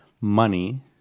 money